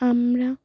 আমরা